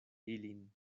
ilin